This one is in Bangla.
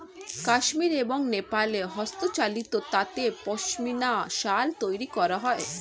কাশ্মীর এবং নেপালে হস্তচালিত তাঁতে পশমিনা শাল তৈরি করা হয়